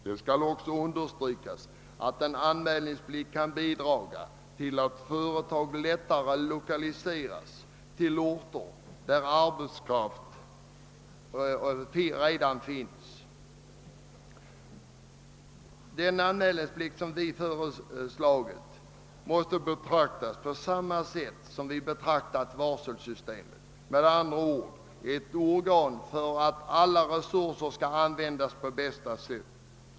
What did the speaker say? Det skall också understrykas att anmälningsplikt kan bidra till att företag lättare lokaliseras till orter där arbetskraft redan finns. Den anmälningsplikt som vi har föreslagit måste betraktas på samma sätt som varselsystemet — med andra ord det skall vara ett organ för att alla resurser skall användas på bästa sätt.